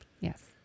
Yes